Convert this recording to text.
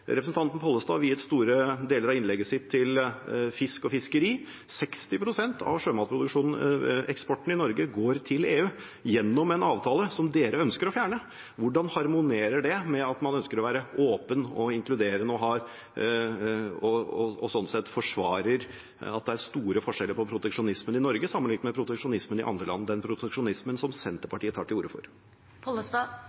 Representanten Pollestad viet store deler av innlegget sitt til fisk og fiskeri. 60 pst. av sjømateksporten i Norge går til EU gjennom en avtale som Senterpartiet ønsker å fjerne. Hvordan harmonerer det med at man ønsker å være åpen og inkluderende og sånn sett forsvarer at det er store forskjeller på proteksjonismen i Norge sammenliknet med proteksjonismen i andre land – den proteksjonismen som